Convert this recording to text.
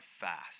fast